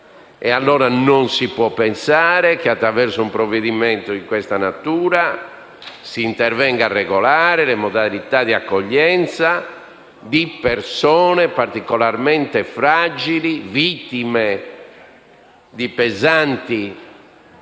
tempo. Non si può pensare che, attraverso un provvedimento di questa natura, si intervenga a regolare le modalità di accoglienza di persone particolarmente fragili, vittime di pesanti violenze,